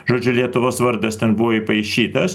žodžiu lietuvos vardas ten buvo įpaišytas